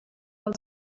del